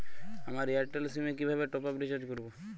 আমার Airtel SIM এ কিভাবে টপ আপ রিচার্জ করবো?